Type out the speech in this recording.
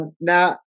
Now